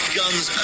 guns